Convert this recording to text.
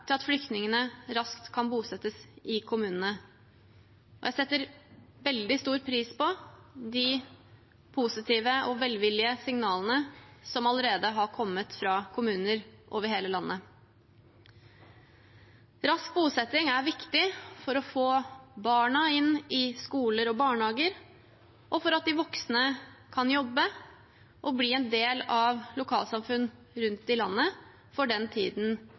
til at flyktningene raskt kan bosettes i en kommune. Jeg setter veldig stor pris på de positive og velvillige signalene som allerede har kommet fra kommuner over hele landet. Rask bosetting er viktig for å få barna inn i skoler og barnehager, og for at de voksne kan jobbe og bli en del av lokalsamfunn rundt i landet, for den tiden